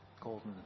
golden